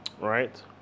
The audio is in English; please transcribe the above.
Right